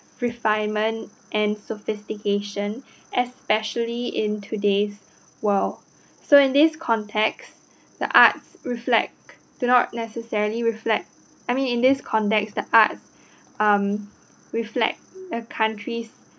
refinement and sophistication especially in today's world so in this context the arts reflect do not necessary reflect I mean in this context the arts um reflect a country's